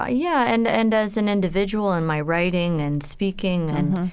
ah yeah. and and as an individual in my writing and speaking and,